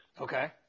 Okay